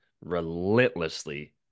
relentlessly